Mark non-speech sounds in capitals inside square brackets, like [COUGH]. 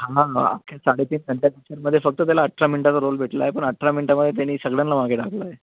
हां हां अख्ख्या साडेतीन घंट्या [UNINTELLIGIBLE] फक्त त्याला अठरा मिनिटाचा रोल भेटला आहे पण अठरा मिनटामध्ये त्याने सगळ्यांना मागे टाकलं आहे